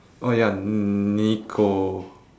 oh ya nicho~